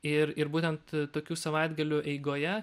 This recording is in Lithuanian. ir ir būtent tokių savaitgalių eigoje